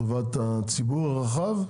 לטובת הציבור הרחב,